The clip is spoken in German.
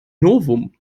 novum